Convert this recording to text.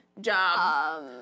job